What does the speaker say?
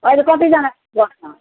अहिले कतिजना चाहिँ बस्छ